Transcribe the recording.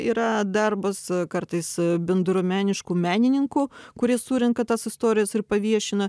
yra darbas kartais bendruomeniškų menininkų kurie surenka tas istorijas ir paviešina